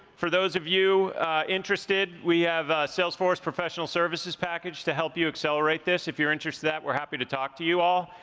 for those of you interested we have salesforce professional services package to help you accelerate this. if you're interested in that we're happy to talk to you all.